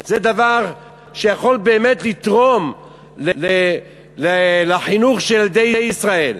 זה דבר שיכול באמת לתרום לחינוך של ילדי ישראל.